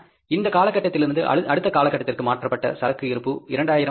இந்த காலகட்டத்திலிருந்து அடுத்த காலகட்டத்திற்கு மாற்றப்பட்ட சரக்கு இருப்பு 2000 அலகுகள்